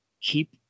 keep